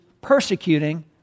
persecuting